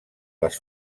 les